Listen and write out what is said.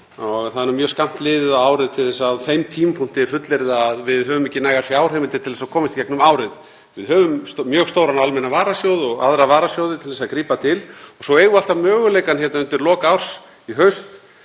það er mjög skammt liðið á árið á þeim tímapunkti til þess að fullyrða að við höfum ekki nægar fjárheimildir til þess að komast í gegnum árið. Við höfum mjög stóran almennan varasjóð og aðra varasjóði til þess að grípa til og svo eigum við alltaf möguleikann undir lok árs, í haust,